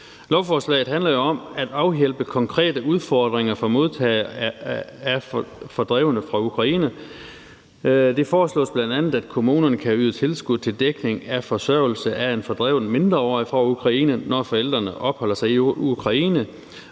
Lovforslaget handler om at afhjælpe konkrete udfordringer for modtagere af fordrevne fra Ukraine. Det foreslås bl.a., at kommunerne kan yde tilskud til dækning af forsørgelse af en fordreven mindreårig fra Ukraine, når forældrene opholder sig i Ukraine